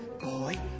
boy